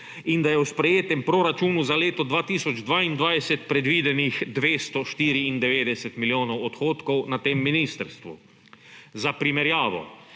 in da je v sprejetem proračunu za leto 2022 predvidenih 294 milijonov odhodkov na tem ministrstvu. Za primerjavo.